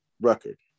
record